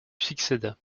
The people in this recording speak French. succéda